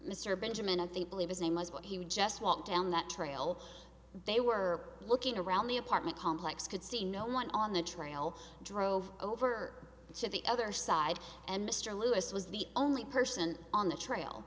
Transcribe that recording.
mr benjamin i think believe his name was but he would just walk down that trail they were looking around the apartment complex could see no one on the trail drove over to the other side and mr lewis was the only person on the trail